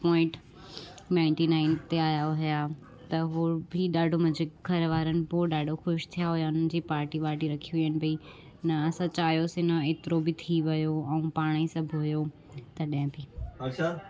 point ninety nine ते आहिया हुआ त उहो बि ॾाढो मुंहिंजे घर वारनि पोइ ॾाढो ख़ुशि थिया हुआ हुननि पाटी वाटी रखी हुअनि भई न असां चाहियोसीं न एतिरो बि थी वियो ऐं पाण ई सभु हुओ तॾहिं बि